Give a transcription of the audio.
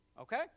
Okay